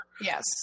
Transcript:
Yes